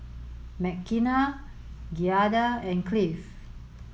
Mckenna Giada and Cliff